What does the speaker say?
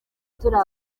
turi